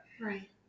Right